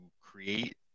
create